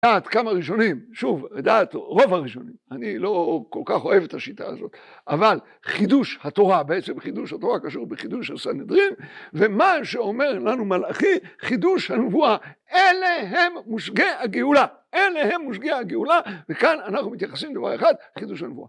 דעת כמה ראשונים, שוב, לדעת רוב הראשונים, אני לא כל כך אוהב את השיטה הזאת, אבל חידוש התורה, בעצם חידוש התורה קשור בחידוש של סנהדרין, ומה שאומר לנו מלאכי, חידוש הנבואה, אלה הם מושגי הגאולה, אלה הם מושגי הגאולה וכאן אנחנו מתייחסים לדבר אחד, חידוש הנבואה.